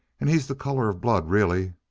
and he's the color of blood, really.